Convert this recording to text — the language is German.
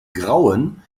grauen